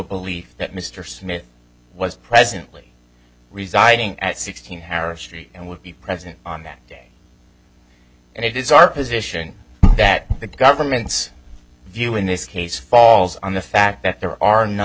belief that mr smith was presently residing at sixteen arab street and would be present on that day and it is our position that the government's view in this case falls on the fact that there are none